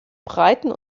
breiten